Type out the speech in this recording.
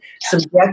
subject